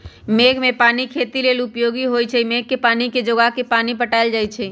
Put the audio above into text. मेघ कें पानी खेती लेल उपयोगी होइ छइ मेघ के पानी के जोगा के पानि पटायल जाइ छइ